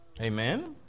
amen